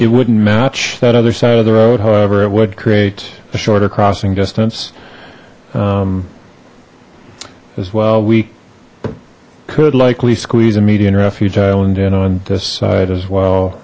it wouldn't match that other side of the road however it would create a shorter crossing distance as well we could likely squeeze a median refuge island in on this side as well